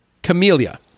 camellia